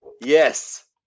yes